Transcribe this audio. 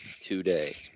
Today